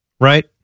right